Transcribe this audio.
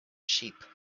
sheep